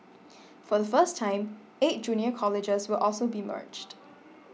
for the first time eight junior colleges will also be merged